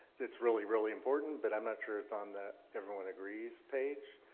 it's really, really important, but i'm not sure it's on the everyone agrees page.